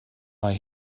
mae